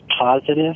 positive